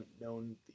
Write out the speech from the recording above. known